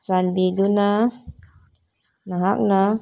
ꯆꯥꯟꯕꯤꯗꯨꯅ ꯅꯍꯥꯛꯅ